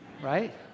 right